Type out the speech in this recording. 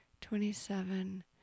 twenty-seven